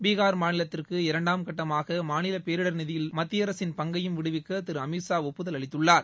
பீகார் மாநிலத்திற்கு இரண்டாம் கட்டமாக மாநில பேரிடர் நிதியில் மத்திய அரசின் பங்கையும் விடுவிக்க திரு அமித்ஷா ஒப்புதல் அளித்துள்ளார்